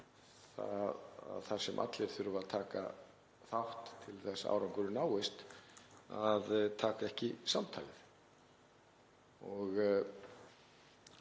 þar sem allir þurfa að taka þátt til að árangur náist, að taka ekki samtalið.